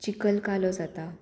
चिकल कालो जाता